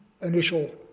initial